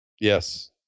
Yes